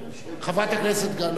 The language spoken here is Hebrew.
חברת הכנסת גלאון, בבקשה.